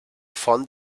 font